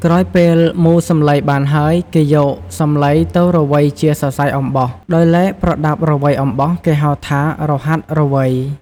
ក្រោយពេលមូរសំឡីបានហើយគេយកសំឡីទៅរវៃជាសសៃអំបោះ ដោយឡែកប្រដាប់រវៃអំបោះគេហៅថារហាត់រវៃ។